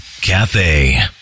Cafe